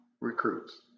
recruits